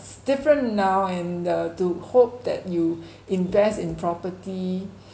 it's different now and uh to hope that you invest in property